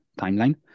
timeline